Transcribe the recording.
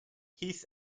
heath